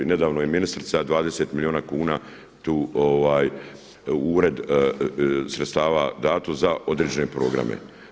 Nedavno je ministrica 20 milijuna kuna u ured sredstava dato za određene programe.